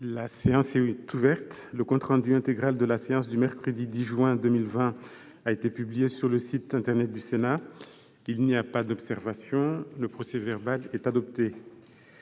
La séance est ouverte. Le compte rendu intégral de la séance du mercredi 10 juin 2020 a été publié sur le site internet du Sénat. Il n'y a pas d'observation ?... Le procès-verbal est adopté.